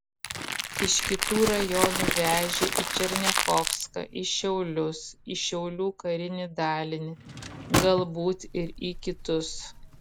iš kitų rajonų vežė į černiachovską į šiaulius į šiaulių karinį dalinį galbūt ir į kitus